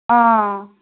অঁ